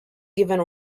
given